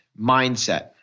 mindset